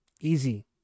easy